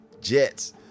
jets